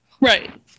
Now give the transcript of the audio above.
Right